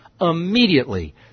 immediately